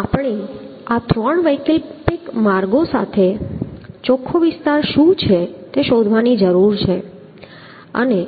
તો આપણે આ ત્રણ વૈકલ્પિક માર્ગો સાથે ચોખ્ખો વિસ્તાર શું છે તે શોધવાની જરૂર છે અને